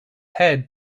head